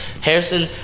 Harrison